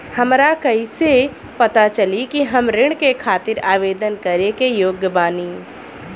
हमरा कइसे पता चली कि हम ऋण के खातिर आवेदन करे के योग्य बानी?